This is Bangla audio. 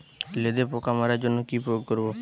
লেদা পোকা মারার জন্য কি প্রয়োগ করব?